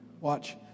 Watch